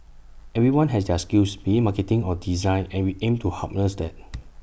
everyone has their skills be IT marketing or design and we aim to harness that